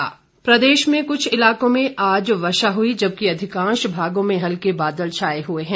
मौसम प्रदेश में कुछ इलाकों में आज वर्षा हुई जबकि अधिकांश भागों में हल्के बादल छाए हैं